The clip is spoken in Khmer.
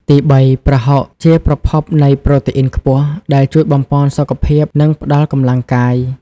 ទីបី ប្រហុកជាប្រភពនៃ ប្រូតេអ៊ីនខ្ពស់ ដែលជួយបំប៉នសុខភាព និងផ្តល់កម្លាំងកាយ។